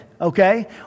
okay